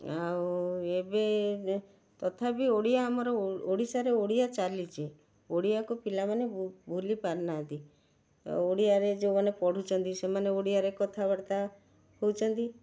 ଆଉ ଏବେ ତଥାପି ଓଡ଼ିଆ ଆମର ଓଡ଼ିଶାରେ ଓଡ଼ିଆ ଚାଲିଛି ଓଡ଼ିଆକୁ ପିଲାମାନେ ଭୁଲିପାରିନାହାନ୍ତି ଓଡ଼ିଆରେ ଯେଉଁମାନେ ପଢ଼ୁଛନ୍ତି ସେମାନେ ଓଡ଼ିଆରେ କଥାବାର୍ତ୍ତା ହେଉଛନ୍ତି